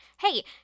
Hey